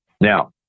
Now